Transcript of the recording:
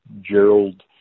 Gerald